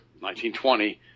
1920